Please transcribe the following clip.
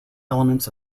elements